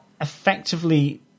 effectively